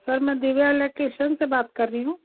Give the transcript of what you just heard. sir मैं Divya electrician से बात कर रही हूँ